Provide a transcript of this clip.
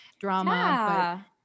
drama